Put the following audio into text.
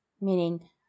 meaning